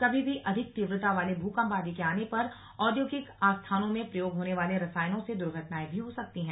कभी भी अधिक तीव्रता वाले भूकम्प आदि के आने पर औद्योगिक आस्थानों में प्रयोग होने वाले रसायनों से दुर्घटनाएं भी हो सकती हैं